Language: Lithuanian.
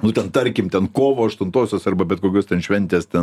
nu ten tarkim ten kovo aštuntosios arba bet kokios ten šventes ten